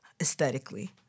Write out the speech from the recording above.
aesthetically